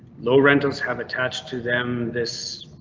low rentals have attached to them this.